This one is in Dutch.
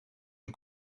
een